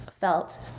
felt